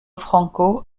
franco